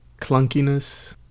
clunkiness